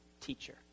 teacher